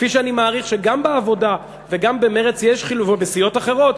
כפי שאני מעריך שגם בעבודה וגם במרצ ובסיעות אחרות,